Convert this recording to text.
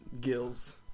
gills